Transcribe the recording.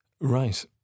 Right